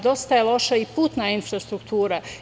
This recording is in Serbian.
Dosta je loša i putna infrastruktura.